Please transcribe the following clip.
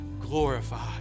Glorified